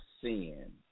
sin